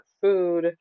food